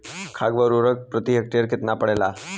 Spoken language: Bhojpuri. खाध व उर्वरक प्रति हेक्टेयर केतना पड़ेला?